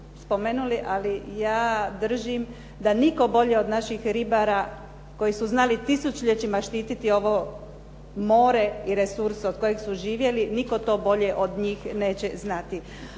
spomenuli, ali ja držim da nitko bolje od naših ribara koji su znali tisućljećima štititi ovo more i resurs od kojeg su živjeli, nitko to bolje od njih neće znati.